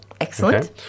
Excellent